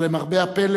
אבל למרבה הפלא